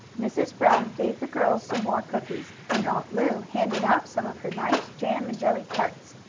mrs. brown gave the girls some more cookies, and aunt lu handed out some of her nice jam and jelly tarts.